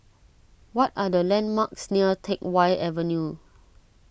what are the landmarks near Teck Whye Avenue